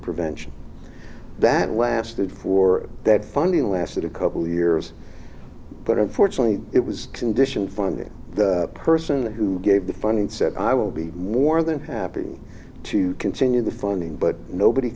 prevention that lasted for that funding lasted a couple years but unfortunately it was condition funding the person who gave the funding said i will be more than happy to continue the funding but nobody